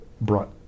Brought